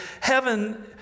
heaven